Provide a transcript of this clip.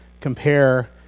compare